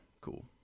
cool